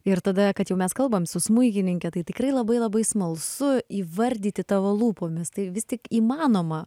ir tada kad jau mes kalbam su smuikininke tai tikrai labai labai smalsu įvardyti tavo lūpomis tai vis tik įmanoma